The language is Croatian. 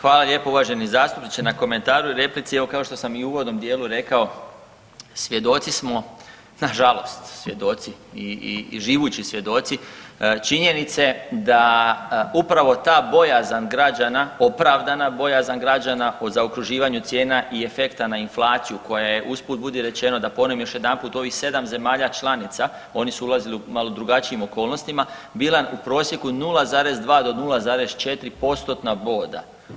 Hvala lijepo uvaženi zastupniče na komentaru i replici, evo kao što sam i u uvodnom dijelu rekao svjedoci smo, nažalost svjedoci i živući svjedoci činjenice da upravo ta bojazan građana, opravdana bojazan građana o zaokruživanju cijena i efekta na inflaciju koja je usput budi rečeno u ovih 7 zemalja članica, oni su ulazili u malo drugačijim okolnostima bila u prosjeku 0,2 do 0,4 postotna boda.